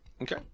Okay